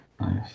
nice